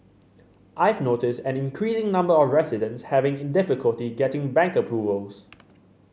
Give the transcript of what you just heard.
I've noticed an increasing number of residents having difficulty getting bank approvals